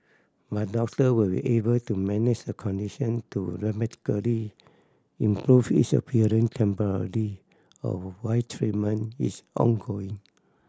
but doctor will be able to manage the condition to dramatically improve its appearance temporarily or while treatment is ongoing